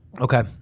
Okay